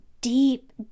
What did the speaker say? deep